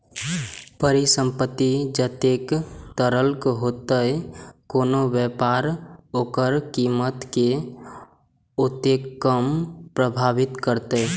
परिसंपत्ति जतेक तरल हेतै, कोनो व्यापार ओकर कीमत कें ओतेक कम प्रभावित करतै